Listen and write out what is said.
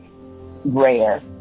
rare